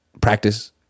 practice